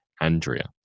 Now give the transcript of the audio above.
Andrea